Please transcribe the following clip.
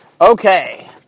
Okay